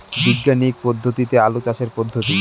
বিজ্ঞানিক পদ্ধতিতে আলু চাষের পদ্ধতি?